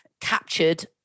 captured